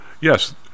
yes